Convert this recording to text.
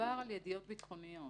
מדובר על ידיעות ביטחוניות.